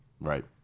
Right